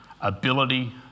ability